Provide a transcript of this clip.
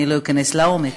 אני לא אכנס לעומק,